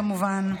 כמובן.